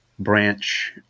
branch